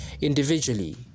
Individually